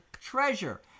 treasure